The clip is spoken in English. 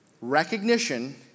Recognition